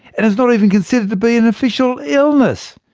and it's not even considered to be an official illness.